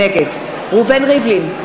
נגד ראובן ריבלין,